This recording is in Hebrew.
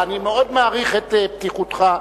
אני מאוד מעריך את פתיחותך,